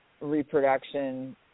reproduction